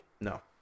No